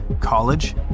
college